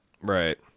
Right